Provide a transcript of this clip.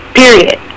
period